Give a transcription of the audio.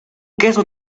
queso